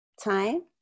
time